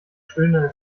schöner